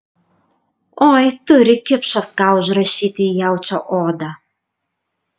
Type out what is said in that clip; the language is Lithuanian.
oi turi kipšas ką užrašyti į jaučio odą